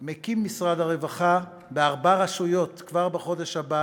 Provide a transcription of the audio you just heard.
על אלה, משרד הרווחה מקים כבר בחודש הבא